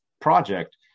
project